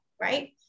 right